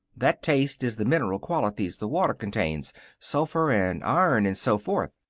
that taste is the mineral qualities the water contains sulphur and iron and so forth.